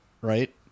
right